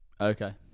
Okay